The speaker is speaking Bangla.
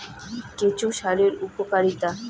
কেঁচো সারের উপকারিতা?